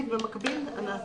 כן.